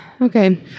Okay